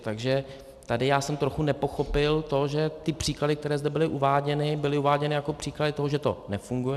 Takže já jsem trochu nepochopil to, že ty příklady, které zde byly uváděny, byly uváděny jako příklady toho, že to nefunguje.